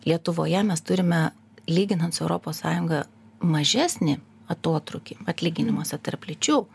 lietuvoje mes turime lyginant su europos sąjunga mažesnį atotrūkį atlyginimuose tarp lyčių